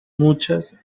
muchas